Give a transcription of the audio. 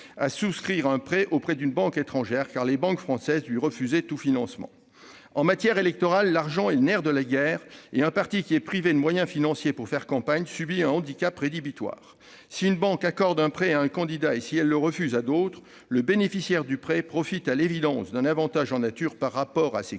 de souscrire un prêt auprès d'une banque étrangère, car les banques françaises lui refusaient tout financement. En matière électorale, l'argent est le nerf de la guerre et un parti qui est privé de moyens financiers pour faire campagne, subit un handicap rédhibitoire. Si une banque accorde un prêt à un candidat et le refuse à d'autres, le bénéficiaire profite, à l'évidence, d'un avantage en nature par rapport à ses concurrents.